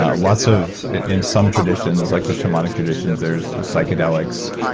ah lots of. in some traditions like the shamanic traditions, there is psychedelics.